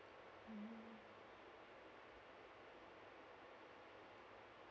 mm